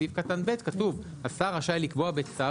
בסעיף קטן (ב) כתוב "השר רשאי לקבוע בצו